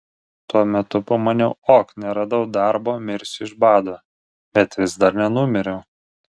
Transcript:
tuo metu pamaniau ok neradau darbo mirsiu iš bado bet vis dar nenumiriau